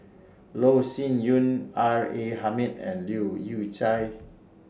Loh Sin Yun R A Hamid and Leu Yew Chye